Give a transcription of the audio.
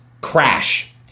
crash